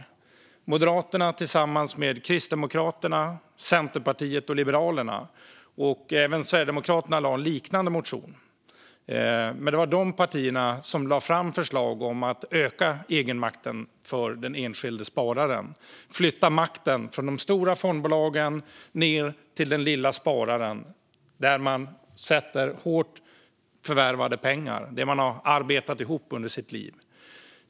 Det var Moderaterna som tillsammans med Kristdemokraterna, Centerpartiet och Liberalerna lade fram förslag om att öka egenmakten för den enskilda spararen, och även Sverigedemokraterna hade en liknande motion. Makten flyttas från de stora fondbolagen ned till den lilla spararen, som sätter in hårt förvärvade pengar - det som man har arbetat ihop under sitt liv.